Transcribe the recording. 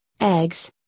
eggs